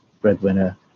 breadwinner